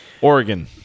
Oregon